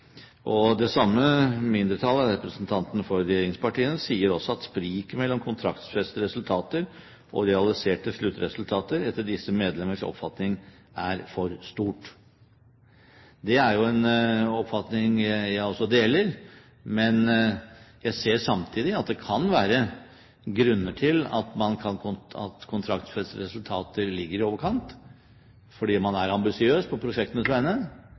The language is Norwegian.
samme mindretallet, representantene for regjeringspartiene, sier også at spriket mellom kontraktsfestede resultater og realiserte sluttresultater etter disse medlemmers oppfatning er for stort. Dette er jo en oppfatning jeg også deler, men jeg ser samtidig at det kan være grunner til at kontraktsfestede resultater ligger i overkant, fordi man er ambisiøs på prosjektenes vegne.